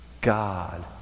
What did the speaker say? God